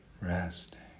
Resting